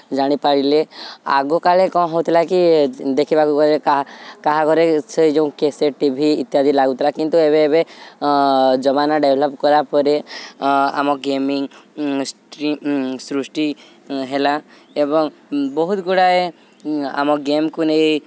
ଜାଣିପାରିଲେ ଆଗ କାଳେ କ'ଣ ହେଉଥିଲା କି ଦେଖିବାକୁ ଗଲେ କାହା କାହା ଘରେ ସେ ଯେଉଁ କ୍ୟାସେଟ୍ ଟି ଭି ଇତ୍ୟାଦି ଲାଗୁଥିଲା କିନ୍ତୁ ଏବେ ଏବେ ଜମାନା ଡେଭ୍ଲପ୍ କଲାପରେ ଆମ ଗେମିଂ ସୃଷ୍ଟି ହେଲା ଏବଂ ବହୁତ ଗୁଡ଼ାଏ ଆମ ଗେମ୍କୁ ନେଇ